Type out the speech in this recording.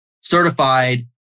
certified